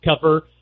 cover